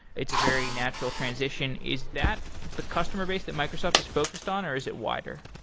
it's a very natural transition. is that the customer base that microsoft is focused on, or is it wider?